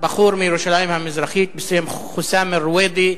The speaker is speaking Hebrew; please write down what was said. בחור מירושלים המזרחית בשם חוסאם רוויידי,